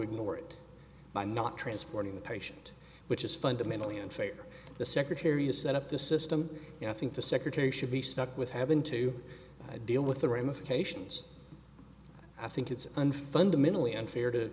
ignore it by not transporting the patient which is fundamentally unfair the secretary has set up this system and i think the secretary should be stuck with having to deal with the ramifications i think it's an fundamentally unfair to